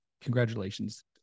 Congratulations